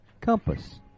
compass